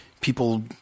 people